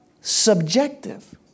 subjective